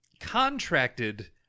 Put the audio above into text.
contracted